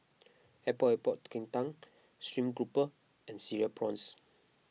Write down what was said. Epok Epok Kentang Stream Grouper and Cereal Prawns